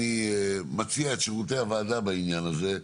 אני מציע את שירותי הוועדה בעניין הזה,